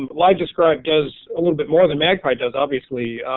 livedescribe does a little bit more than magpie does obviously.